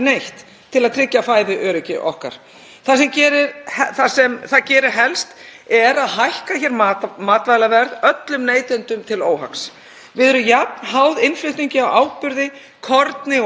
Við erum jafn háð innflutningi á áburði, korni og olíu þótt við leggjum háa tolla á erlendan kjúkling, kartöflur o.fl. Það er mjög mikilvægt að bæta fæðuöryggi þjóðarinnar og það þarf að gera.